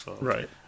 Right